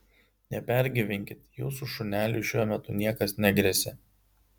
nepergyvenkit jūsų šuneliui šiuo metu niekas negresia